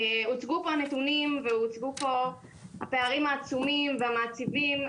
הוצגו פה נתונים והוצגו פה הפערים העצומים והמעציבים,